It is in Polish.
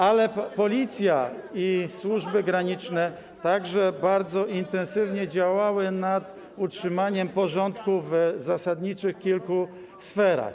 Ale Policja i służby graniczne także bardzo intensywnie działały nad utrzymaniem porządku w zasadniczych kilku sferach.